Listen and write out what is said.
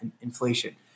inflation